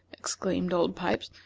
exclaimed old pipes.